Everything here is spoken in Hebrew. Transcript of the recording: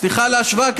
סליחה על ההשוואה,